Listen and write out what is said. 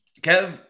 Kev